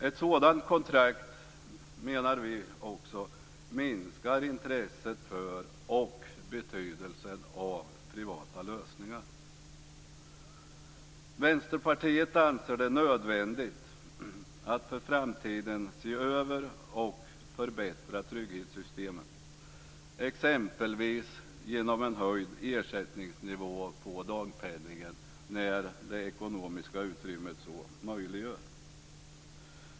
Ett sådant kontrakt menar vi minskar också intresset för och betydelsen av privata lösningar. Vänsterpartiet anser det nödvändigt att för framtiden se över och förbättra trygghetssystemen, exempelvis genom en höjd ersättningsnivå på dagpenningen när det ekonomiska utrymmet så möjliggör.